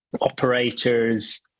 operators –